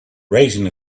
raising